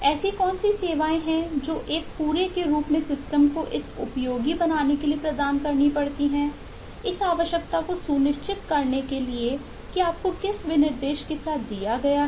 ऐसी कौन सी सेवाएँ हैं जो एक पूरे के रूप में सिस्टम को इस उपयोगी बनाने के लिए प्रदान करनी पड़ती हैं इस आवश्यकता को सुनिश्चित करने के लिए कि आपको किस विनिर्देश के साथ दिया गया है